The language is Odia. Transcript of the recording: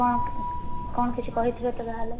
କଣ କଣ କିଛି କହିଥିବେ ତ ଯାହାହେଲେ